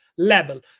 level